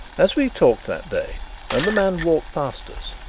as we talked that day and the man walked past us,